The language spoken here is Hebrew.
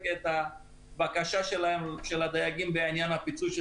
את הבקשה של הדייגים בעניין הפיצוי,